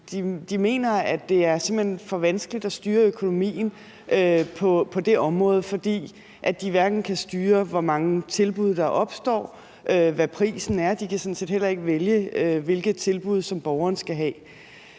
simpelt hen er for vanskeligt at styre økonomien på det område. De kan hverken styre, hvor mange tilbud der opstår, eller hvad prisen skal være, og de kan sådan set heller ikke vælge, hvilke tilbud borgeren skal have.